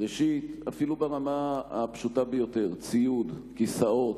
ראשית, אפילו ברמה הפשוטה ביותר, ציוד, כיסאות.